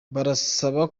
barasaba